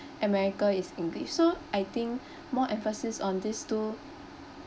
america is english so I think more emphasis on these two